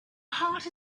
heart